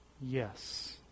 Yes